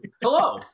Hello